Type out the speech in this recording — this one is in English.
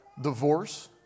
divorce